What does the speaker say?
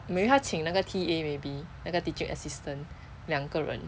没有他请那个 T_A maybe 那个 teaching assistant 两个人